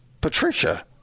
Patricia